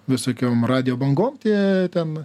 visokiom radijo bangom tie ten